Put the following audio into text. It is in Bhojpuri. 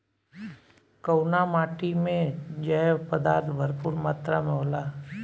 कउना माटी मे जैव पदार्थ भरपूर मात्रा में होला?